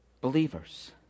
Believers